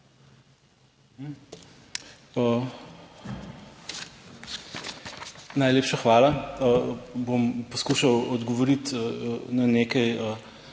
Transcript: Najlepša hvala. Bom poskušal odgovoriti na nekaj